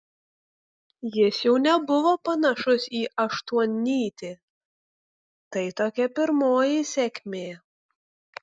jis jau nebuvo panašus į aštuonnytį tai tokia pirmoji sėkmė